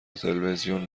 تلویزیون